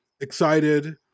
excited